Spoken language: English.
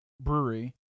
brewery